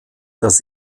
das